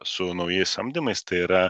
su naujais samdymais tai yra